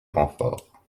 renforts